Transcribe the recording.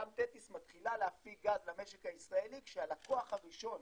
ים תטיס מתחילה להפיק גז למשק הישראלי כשהלקוח הראשון,